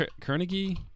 Carnegie